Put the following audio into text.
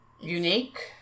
Unique